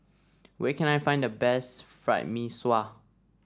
where can I find the best Fried Mee Sua